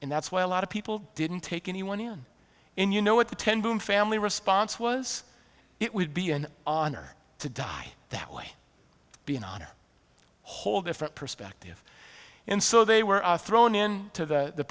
and that's why a lot of people didn't take anyone in you know what the ten boom family response was it would be an honor to die that way being on a whole different perspective and so they were thrown in to the